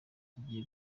igiye